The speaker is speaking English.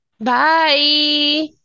Bye